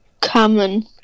common